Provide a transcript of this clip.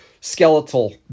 skeletal